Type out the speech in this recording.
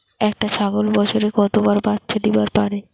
একটা ছাগল বছরে কতবার বাচ্চা দিবার পারে?